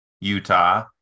Utah